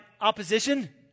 opposition